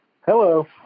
Hello